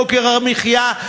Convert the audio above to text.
יוקר המחיה,